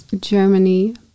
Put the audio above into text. germany